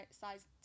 size